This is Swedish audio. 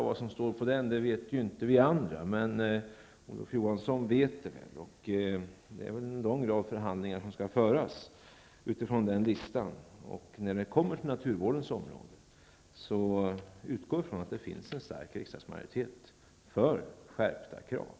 Vad som står på den vet inte vi andra, men Olof Johansson vet det, och det är väl en lång rad förhandlingar som skall föras utifrån den listan. När det kommer till naturvårdens områden, utgå då ifrån att det finns en stark riksdagsmajoritet för skärpta krav!